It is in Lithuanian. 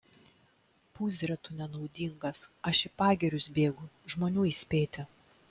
pūzre tu nenaudingas aš į pagirius bėgu žmonių įspėti